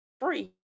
free